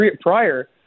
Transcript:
prior